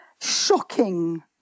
shocking